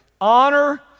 Honor